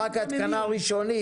משלמים עבור התקנה ראשונית.